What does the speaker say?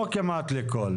לא כמעט לכל.